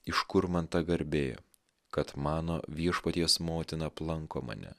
iš kur man ta garbė kad mano viešpaties motina aplanko mane